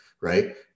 right